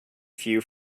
few